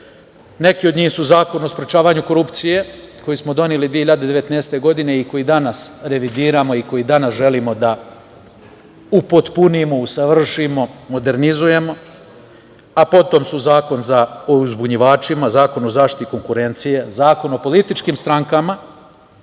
Neki od njih su Zakon o sprečavanju korupcije koji smo doneli 2019. godine i koji danas revidiramo i koji danas želimo da upotpunimo, usavršimo, modernizujemo. Potom su Zakon o uzbunjivačima, Zakon o zaštiti konkurencije, Zakon o političkim strankama. Stranke